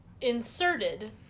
inserted